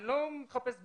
אני לא מחפש בעיות,